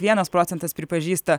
vienas procentas pripažįsta